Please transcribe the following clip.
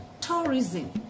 tourism